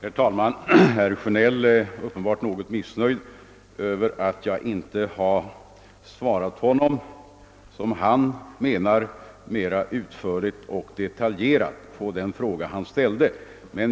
Herr talman! Uppenbart är herr Sjönell litet missnöjd med att jag inte har svarat honom så utförligt och detaljerat som han önskat på den fråga han framställt.